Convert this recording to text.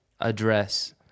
address